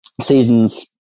seasons